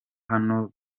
hano